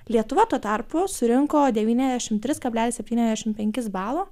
lietuva tuo tarpu surinko devyniasdešimt tris kablelis septyniasdešimt penkis balo